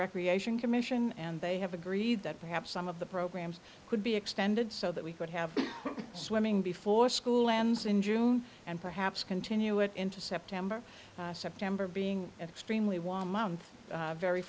recreation commission and they have agreed that perhaps some of the programs could be extended so that we could have swimming before school ends in june and perhaps continue it into september september being extremely warm month very